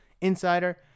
insider